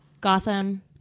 gotham